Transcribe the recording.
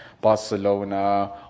Barcelona